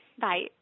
Bye